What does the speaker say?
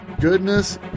goodness